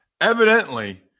Evidently